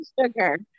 sugar